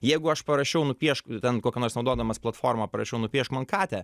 jeigu aš parašiau nupiešk ten kokią nors naudodamas platformą parašiau nupiešk man katę